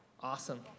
Awesome